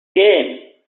game